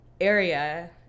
area